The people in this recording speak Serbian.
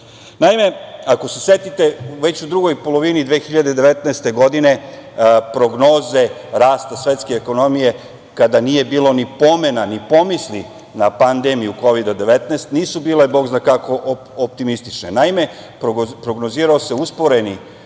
ako se setite, već u drugoj polovini 2019. godine, prognoze rasta svetske ekonomije, kada nije bilo ni pomena, ni pomisli na pandemiju Kovida-19, nisu bile tako optimistične. Naime, prognozirao se usporeni